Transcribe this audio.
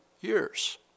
years